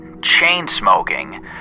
chain-smoking